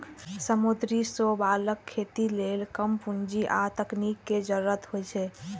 समुद्री शैवालक खेती लेल कम पूंजी आ तकनीक के जरूरत होइ छै